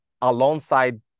alongside